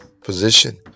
position